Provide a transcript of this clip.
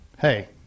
Hey